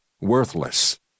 worthless